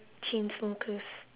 chainsmokers